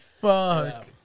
Fuck